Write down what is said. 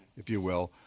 if you will,